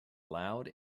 loud